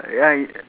ya he